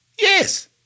Yes